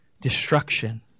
destruction